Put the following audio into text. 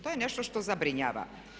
To je nešto što zabrinjava.